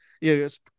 yes